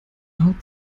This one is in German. haut